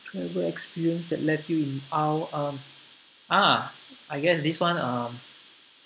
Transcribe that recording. travel experience that left you in awe um ah I guess this one um